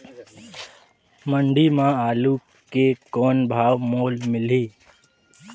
मंडी म आलू के कौन भाव मोल मिलही?